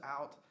out